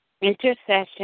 Intercession